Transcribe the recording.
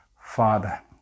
father